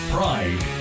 Pride